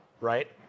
right